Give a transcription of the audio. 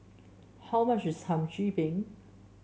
how much is Hum Chim Peng